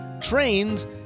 trains